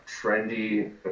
trendy